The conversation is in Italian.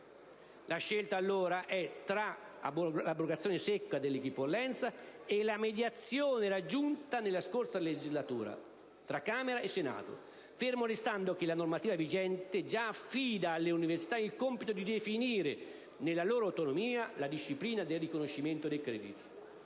La scelta, allora, è fra l'abrogazione secca dell'equipollenza e la mediazione raggiunta nella scorsa legislatura, tra Camera e Senato, fermo restando che la normativa vigente già affida alle università il compito di definire, nella loro autonomia, la disciplina del riconoscimento dei crediti.